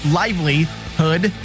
livelihood